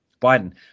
Biden